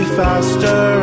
faster